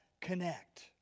connect